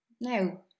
No